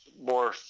more